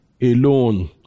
alone